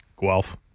Guelph